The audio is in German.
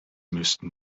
müssten